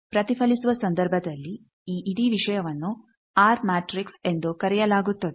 ಪ್ರತಿಫಲಿಸುವ ಸಂದರ್ಭದಲ್ಲಿ ಈ ಇಡೀ ವಿಷಯವನ್ನು ಆರ್ ಮ್ಯಾಟ್ರಿಕ್ಸ್ ಎಂದು ಕರೆಯಲಾಗುತ್ತದೆ